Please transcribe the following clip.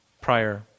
prior